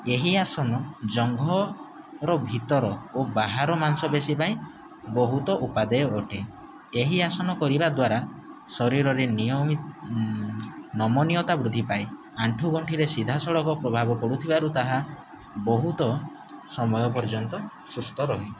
ଏହି ଆସନ ଜଙ୍ଘର ଭିତର ଓ ବାହାର ମାଂସପେଶୀ ପାଇଁ ବହୁତ ଉପାଦାୟ ଅଟେ ଏହି ଆସନ କରିବା ଦ୍ୱାରା ଶରୀରରେ ନୀୟମି ନମନୀୟତା ବୃଦ୍ଧି ପାଏ ଆଣ୍ଠୁଗଣ୍ଠିରେ ସିଧାସଳଖ ପ୍ରଭାବ ପଡ଼ୁଥିବାରୁ ତାହା ବହୁତ ସମୟ ପର୍ଯ୍ୟନ୍ତ ସୁସ୍ଥ ରହେ